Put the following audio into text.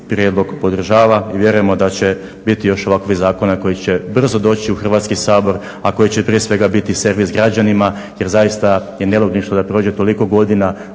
Hrvatski sabor